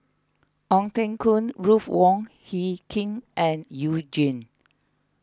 Ong Teng Koon Ruth Wong Hie King and You Jin